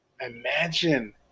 imagine